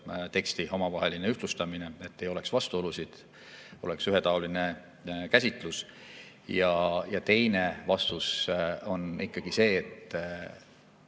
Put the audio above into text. teksti omavaheline ühtlustamine, et ei oleks vastuolusid, oleks ühetaoline käsitlus. Teine vastus on ikkagi see, et